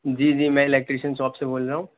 جی جی میں electrician shop سے بول رہا ہوں